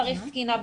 צריך תקינה.